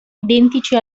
identici